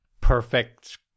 perfect